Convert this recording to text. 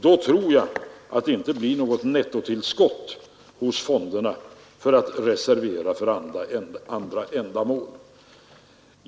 Då tror jag att det inte blir något nettotillskott hos fonderna som kan reserveras för andra ändamål.